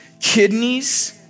kidneys